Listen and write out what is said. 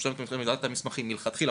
מושלמת מבחינת המסמכים מלכתחילה,